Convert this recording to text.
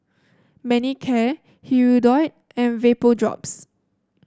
Manicare Hirudoid and Vapodrops